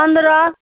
पनरह